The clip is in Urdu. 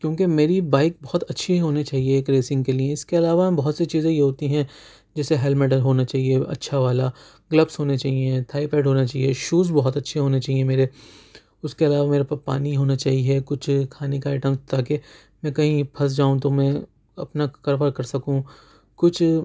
کیوں کہ میری بائیک بہت اچھی ہونی چاہیے ایک ریسنگ کے لئے اِس کے علاوہ بہت سی چیزیں یہ ہوتی ہیں جیسے ہیلمٹ ہے ہونا چاہیے اچھا والا گلفس ہونے چاہئیں تھائی پیڈ ہونا چاہیے شوز بہت اچھے ہونے چاہئیں میرے اُس کے علاوہ میرے پاس پانی ہونا چاہیے کچھ کھانے کا آیٹم تاکہ میں کہیں پھنس جاؤں تو میں اپنا کاروبار کر سکوں کچھ